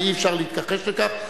ואי-אפשר להתכחש לכך.